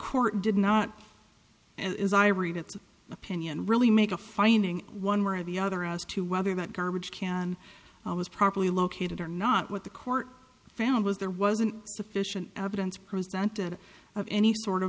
its opinion really make a finding one way or the other as to whether that garbage can i was properly located or not what the court found was there wasn't sufficient evidence presented of any sort of